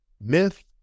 Myth